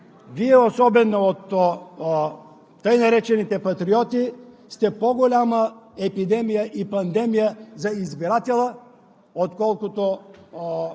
Вие, особено от тъй наречените патриоти, сте по-голяма епидемия и пандемия за избирателя, отколкото…